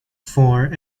for